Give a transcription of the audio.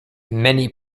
many